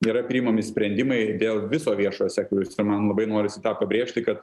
yra priimami sprendimai dėl viso viešojo sektoriaus ir man labai norisi tą pabrėžti kad